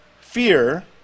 fear